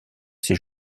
ses